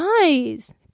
guys